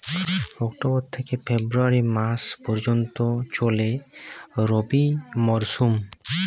October থেকে February মাস পর্যন্ত চলে রবি মরসুম